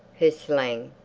her slang,